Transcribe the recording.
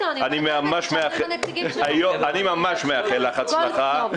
אני ממש מאחל לך הצלחה,